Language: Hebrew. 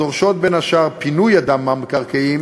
הדורשות בין השאר פינוי אדם מהמקרקעין,